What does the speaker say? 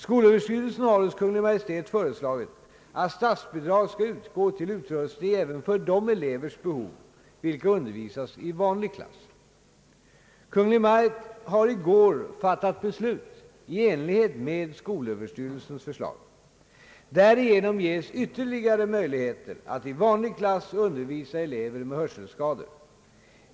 Skolöverstyrelsen har hos Kungl. Maj:t föreslagit att statsbidrag skall utgå till utrustning även för de elevers behov, vilka undervisas i vanlig klass. Kungl. Maj:t har i går fattat beslut i enlighet med skolöverstyrelsens förslag. Därigenom ges ytterligare möjligheter att i vanlig klass undervisa elever med hörselskador.